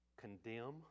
condemn